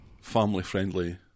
family-friendly